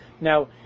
Now